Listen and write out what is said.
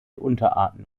unterarten